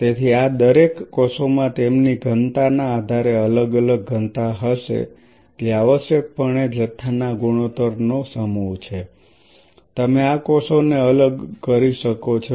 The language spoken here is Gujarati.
તેથી આ દરેક કોષોમાં તેમની ઘનતાના આધારે અલગ અલગ ઘનતા હશે જે આવશ્યકપણે જથ્થાના ગુણોત્તર નો સમૂહ છે તમે આ કોષોને અલગ કરી શકો છો